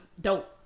dope